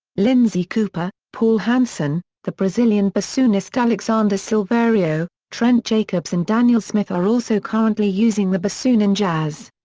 lindsay cooper, paul hanson, the brazilian bassoonist alexandre silverio, trent jacobs and daniel smith are also currently using the bassoon in jazz.